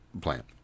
plant